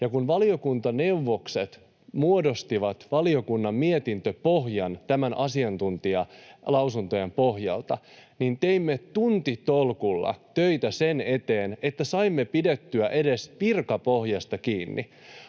ja kun valiokuntaneuvokset muodostivat valiokunnan mietintöpohjan asiantuntijalausuntojen pohjalta, teimme tuntitolkulla töitä sen eteen, että saimme pidettyä edes virkapohjasta kiinni.